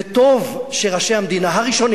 וטוב שראשי המדינה הראשונים